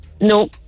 No